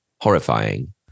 horrifying